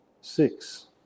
six